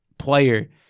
Player